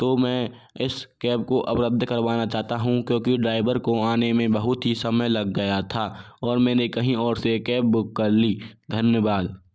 तो मैं इस कैब को अब रद्द करवाना चाहता हूँ क्योंकि ड्राइवर को आने में बहुत ही समय लग गया था और मैंने कहीं और से कैब बुक कर ली धन्यवाद